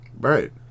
Right